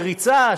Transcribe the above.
בריצה,